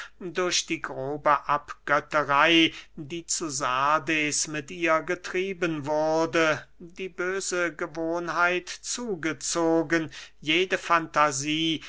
durch die grobe abgötterey die zu sardes mit ihr getrieben wurde die böse gewohnheit zugezogen jede fantasie